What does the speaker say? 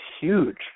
huge